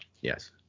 Yes